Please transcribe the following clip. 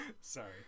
Sorry